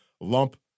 lump